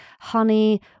honey